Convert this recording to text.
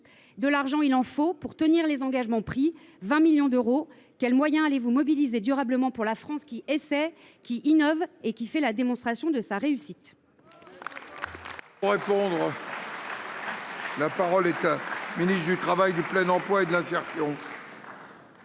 de l’argent, il en faut pour tenir les engagements pris : 20 millions d’euros. Quels moyens allez vous mobiliser durablement pour la France qui essaie, qui innove et qui fait la démonstration de sa réussite ?